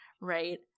right